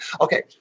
Okay